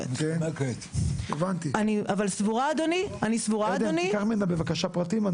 תקח ממנה בבקשה פרטים.